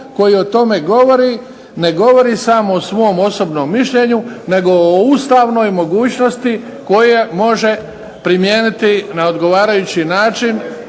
koji o tome govori ne govori samo o svom osobnom mišljenju nego o ustavnoj mogućnosti koje može primijeniti na odgovarajući način